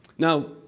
Now